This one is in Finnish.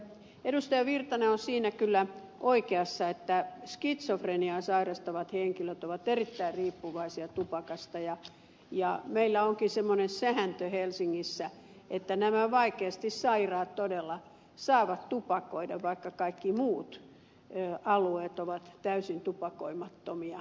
virtanen on siinä kyllä oikeassa että skitsofreniaa sairastavat henkilöt ovat erittäin riippuvaisia tupakasta ja meillä onkin semmoinen sääntö helsingissä että nämä vaikeasti sairaat todella saavat tupakoida vaikka kaikki muut alueet ovat täysin tupakoimattomia